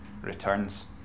returns